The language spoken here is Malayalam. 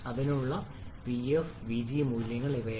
ഇതിനുള്ള vf vg മൂല്യങ്ങൾ ഇവയാണ്